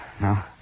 no